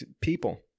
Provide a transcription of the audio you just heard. people